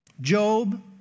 Job